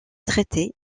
traité